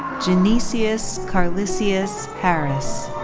jgenisius carlisius harris.